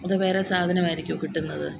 അതോ വേറെ സാധനം ആയിരിക്കുമോ കിട്ടുന്നത്